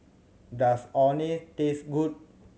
does Orh Nee taste good